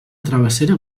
travessera